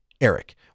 Eric